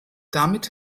damit